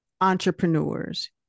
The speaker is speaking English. entrepreneurs